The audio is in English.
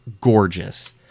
gorgeous